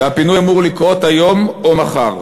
והפינוי אמור לקרות היום או מחר.